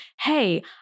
hey